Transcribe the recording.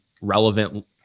relevant